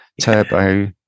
Turbo